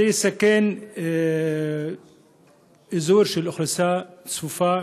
זה מסכן אזור של אוכלוסייה צפופה,